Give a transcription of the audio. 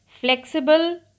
flexible